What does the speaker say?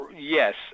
Yes